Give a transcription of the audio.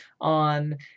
on